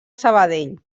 sabadell